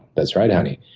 that's right, honey.